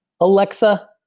Alexa